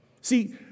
See